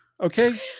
Okay